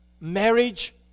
Marriage